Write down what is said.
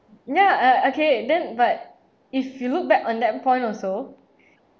ya uh okay then but if you look back on that point also